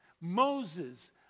Moses